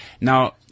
Now